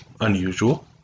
unusual